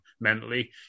mentally